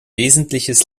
wesentliches